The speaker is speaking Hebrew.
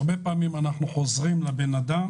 הרבה פעמים אנחנו חוזרים לאדם,